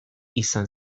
izan